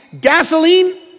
gasoline